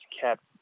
kept